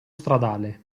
stradale